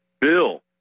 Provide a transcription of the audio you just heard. bill